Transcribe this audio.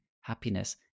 happiness